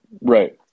Right